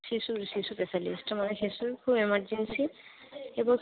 শিশুর শিশু স্পেশালিস্ট আমার শিশুর খুব এমার্জেন্সি এবং